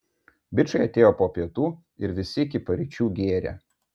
bičai atėjo po pietų ir visi iki paryčių gėrė